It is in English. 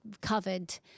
covered